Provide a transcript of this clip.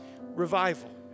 revival